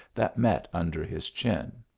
that met under his chin.